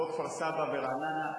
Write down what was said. כמו כפר-סבא ורעננה,